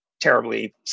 terribly